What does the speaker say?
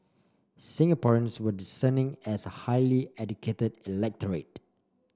Singaporeans were discerning as a highly educated electorate